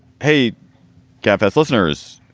paid gabfests listeners.